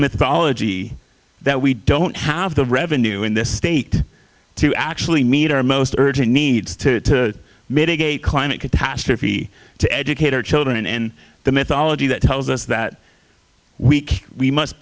mythology that we don't have the revenue in this state to actually meet our most urgent needs to mitigate climate catastrophe to educate our children and the mythology that tells us that week we must